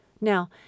Now